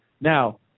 Now